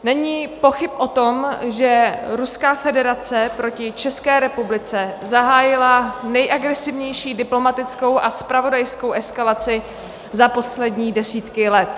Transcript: Není pochyb o tom, že Ruská federace proti České republice zahájila nejagresivnější diplomatickou a zpravodajskou eskalaci za poslední desítky let.